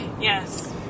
Yes